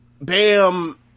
Bam